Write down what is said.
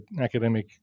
academic